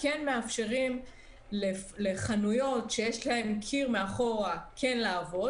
כן מאפשרים לחנויות שיש להן קיר מאחורה כן לעבוד,